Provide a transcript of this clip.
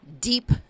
deep